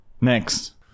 Next